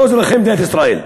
לא אזרחי מדינת ישראל.